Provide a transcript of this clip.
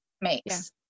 makes